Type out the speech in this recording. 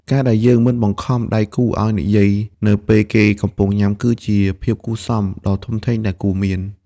ការដែលយើងមិនបង្ខំដៃគូឱ្យនិយាយនៅពេលគេកំពុងញ៉ាំ គឺជាភាពគួរសមដ៏ធំធេងដែលគួរមាន។